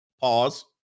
pause